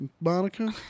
Monica